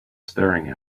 staring